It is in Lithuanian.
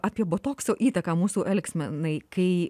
apie botokso įtaką mūsų elgsenai kai